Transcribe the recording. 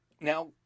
now